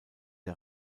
der